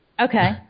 Okay